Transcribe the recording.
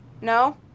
no